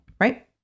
right